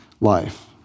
life